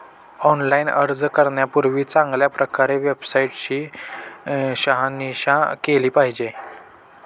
online अर्ज करण्यापूर्वी चांगल्या प्रकारे वेबसाईट ची शहानिशा केली पाहिजे